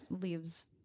leaves